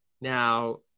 Now